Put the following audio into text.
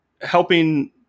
helping